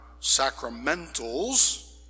sacramentals